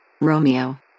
Romeo